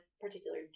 particular